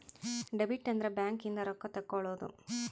debit ಅಂದ್ರ bank ಇಂದ ರೊಕ್ಕ ತೆಕ್ಕೊಳೊದು